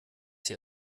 hier